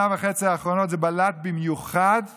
אני חושב שזאת הברכה האמיתית שאנחנו צריכים פה.